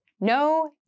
no